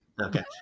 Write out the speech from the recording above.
Okay